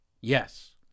Yes